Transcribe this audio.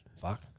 Fuck